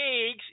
eggs